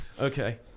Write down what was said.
Okay